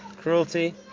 cruelty